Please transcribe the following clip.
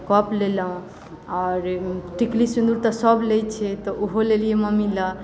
तऽ कप लेलहुँ आओर टिकुली सिन्दूर तऽ सभ लैत छै तऽ ओहो लेलियै मम्मी लेल